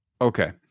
Okay